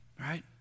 right